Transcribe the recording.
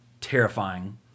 terrifying